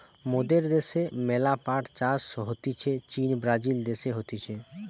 মোদের দ্যাশে ম্যালা পাট চাষ হতিছে চীন, ব্রাজিল দেশে হতিছে